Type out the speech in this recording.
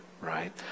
right